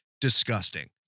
Disgusting